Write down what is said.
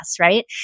right